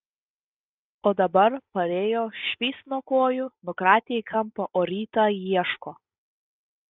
o dabar parėjo švyst nuo kojų nukratė į kampą o rytą ieško